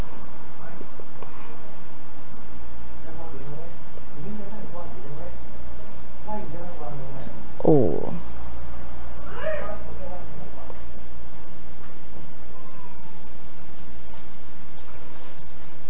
oh